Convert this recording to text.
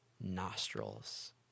nostrils